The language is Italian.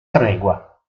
tregua